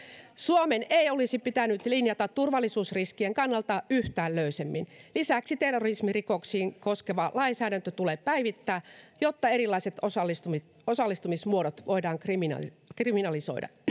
suomen ei olisi pitänyt linjata turvallisuusriskien kannalta yhtään löysemmin lisäksi terrorismirikoksia koskeva lainsäädäntö tulee päivittää jotta erilaiset osallistumismuodot voidaan kriminalisoida kriminalisoida